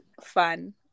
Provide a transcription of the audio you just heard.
fun